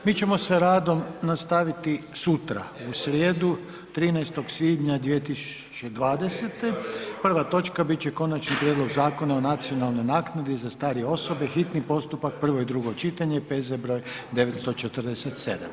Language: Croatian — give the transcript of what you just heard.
Mi ćemo sa radom nastaviti sutra, u srijedu, 13. svibnja 2020., prva točka bit će Konačni prijedlog Zakona o nacionalnoj naknadi za starije osobe, hitni postupak, prvo i drugo čitanje, P.Z. br. 947.